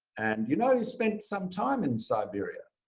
and, you know, he spent some time in siberia.